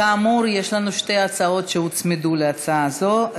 כאמור, יש לנו שתי הצעות שהוצמדו להצעה זו.